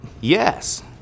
yes